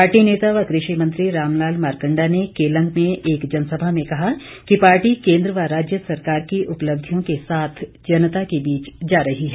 party नेता व कृषि मंत्री रामलाल मारकंडा ने केलंग में एक जनसभा में कहा कि पार्टी केंद्र व राज्य सरकार की उपलिब्धयों के साथ जनता के बीच जा रही है